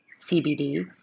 CBD